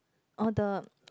oh the